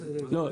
לא,